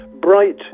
bright